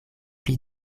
pli